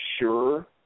sure